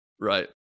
Right